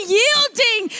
yielding